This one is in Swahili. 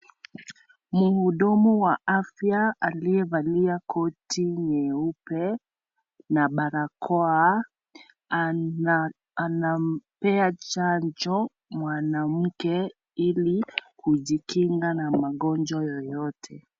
Muhudumu wa afya aliyevalia koti nyeupe na barakoa anampea chanjo mwanamke ili kujikinga na magonjwa yoyote.